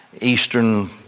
Eastern